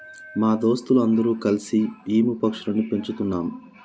మా దోస్తులు అందరు కల్సి ఈము పక్షులని పెంచుతున్నాం